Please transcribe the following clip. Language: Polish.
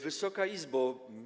Wysoka Izbo!